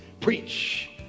preach